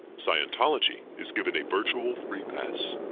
scientology is given a virtual free-pass.